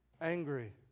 angry